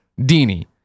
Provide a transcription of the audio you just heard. Dini